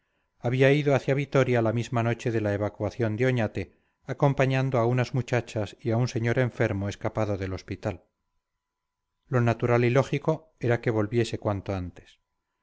había ido hacia vitoria la misma noche de la evacuación de oñate acompañando a unas muchachas y a un señor enfermo escapado del hospital lo natural y lógico era que volviese cuanto antes